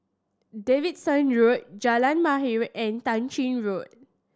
Davidson Road Jalan Mahir and Tah Ching Road